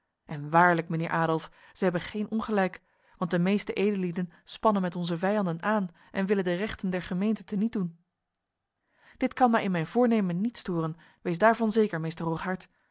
en waarlijk mijnheer adolf zij hebben geen ongelijk want de meeste edellieden spannen met onze vijanden aan en willen de rechten der gemeente tenietdoen dit kan mij in mijn voornemen niet storen wees daarvan zeker meester